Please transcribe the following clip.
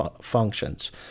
functions